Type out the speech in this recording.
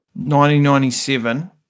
1997